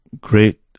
great